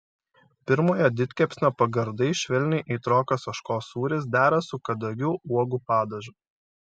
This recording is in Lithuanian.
pirmojo didkepsnio pagardai švelniai aitrokas ožkos sūris dera su kadagių uogų padažu